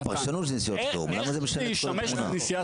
איך זה ישמש לנסיעה?